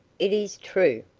it is true.